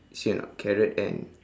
see or not carrot and